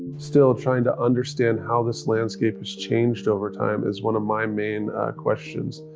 still trying to understand how this landscape has changed over time is one of my main questions.